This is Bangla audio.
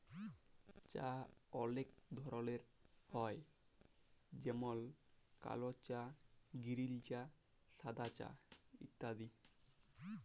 চাঁ অলেক ধরলের হ্যয় যেমল কাল চাঁ গিরিল চাঁ সাদা চাঁ ইত্যাদি